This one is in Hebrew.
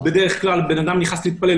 בדרך כלל אדם נכנס להתפלל,